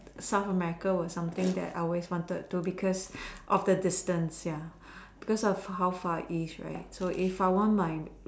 South America was something that I always wanted to because of the distance ya because of how far it is right so if I want my